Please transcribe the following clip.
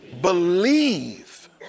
Believe